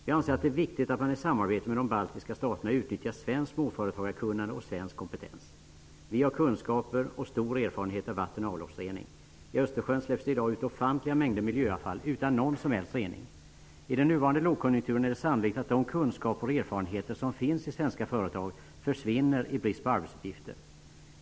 Vi anser att det är viktigt att man i samarbete med de baltiska staterna utnyttjar svenskt småföretagarkunnande och svensk kompetens. Vi har kunskaper och stor erfarenhet av vatten och avloppsrening. I Östersjön släpps det i dag ut offantliga mängder miljöavfall utan någon som helst rening. I den nuvarande lågkonjunkturen är det sannolikt att de kunskaper och erfarenheter som finns i svenska företag försvinner i brist på arbetsuppgifter.